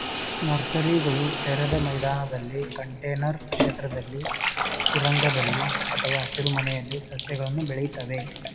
ನರ್ಸರಿಗಳು ತೆರೆದ ಮೈದಾನದಲ್ಲಿ ಕಂಟೇನರ್ ಕ್ಷೇತ್ರದಲ್ಲಿ ಸುರಂಗದಲ್ಲಿ ಅಥವಾ ಹಸಿರುಮನೆಯಲ್ಲಿ ಸಸ್ಯಗಳನ್ನು ಬೆಳಿತವೆ